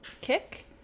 kick